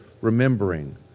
remembering